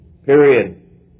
Period